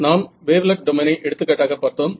நாம் வேவ்லெட் டொமைனை எடுத்துக்காட்டாக பார்த்தோம்